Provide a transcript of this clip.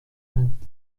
اند